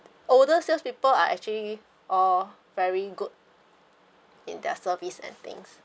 older salespeople are actually all very good in their service and